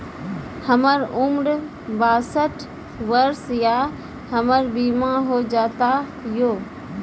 हमर उम्र बासठ वर्ष या हमर बीमा हो जाता यो?